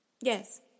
Yes